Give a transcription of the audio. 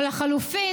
או לחלופין,